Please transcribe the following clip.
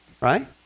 right